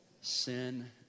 Sin